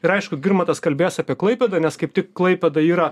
ir aišku girmantas kalbės apie klaipėdą nes kaip tik klaipėda yra